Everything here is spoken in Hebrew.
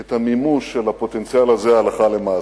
את המימוש של הפוטנציאל הזה הלכה למעשה.